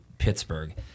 pittsburgh